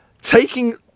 taking